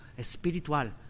espiritual